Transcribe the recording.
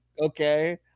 okay